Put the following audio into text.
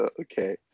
okay